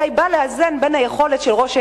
אלא הם באים לאזן בין היכולת של ראש העיר,